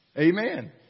Amen